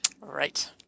Right